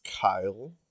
kyle